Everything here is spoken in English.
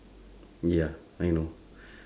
ya I know